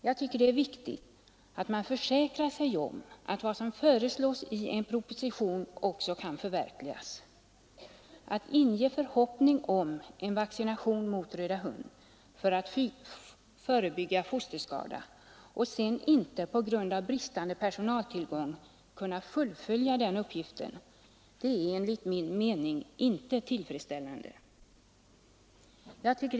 Jag tycker det är viktigt att man försäkrar sig om att vad som föreslås i en proposition också kan förverkligas. Att inge förhoppning om en vaccination mot röda hund för att förebygga fosterskador och sedan, på grund av bristande personaltillgång, inte kunna fullfölja uppgiften är enligt min mening inte tillfredsställande.